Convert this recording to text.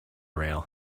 rail